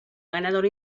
ganador